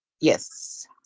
Yes